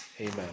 Amen